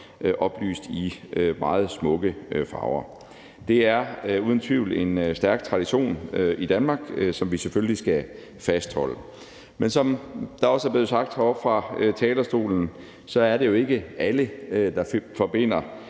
oplyst i meget smukke farver. Det er uden tvivl en stærk tradition i Danmark, som vi selvfølgelig skal fastholde, men som der også er blevet sagt heroppe fra talerstolen, er det jo ikke alle, der forbinder